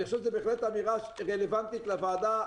אני חושב שזאת בהחלט אמירה רלוונטית לוועדה,